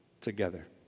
together